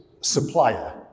supplier